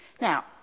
Now